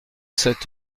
sept